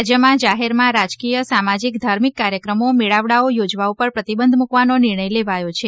રાજ્યમાં જાહેરમાં રાજકીય સામાજીક ધાર્મિક કાર્યક્રમો મેળાવડાઓ યોજવા પર પ્રતિબંધ મૂકવાનો નિર્ણય લેવાયો છે